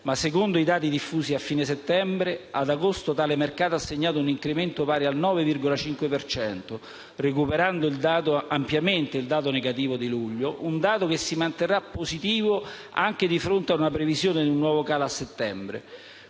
Ma secondo i dati diffusi a fine settembre, ad agosto tale mercato ha segnato un incremento pari al 9,5 per cento, recuperando ampiamente il dato negativo di luglio, un dato che si manterrà positivo anche a fronte della previsione di un nuovo calo a settembre.